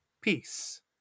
Peace